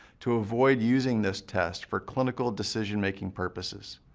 to avoid using this test for clinical decision making purposes.